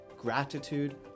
gratitude